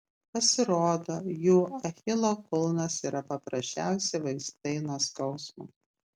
pasirodo jų achilo kulnas yra paprasčiausi vaistai nuo skausmo